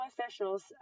officials